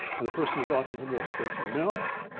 and the person with autism goes straight to the mouth.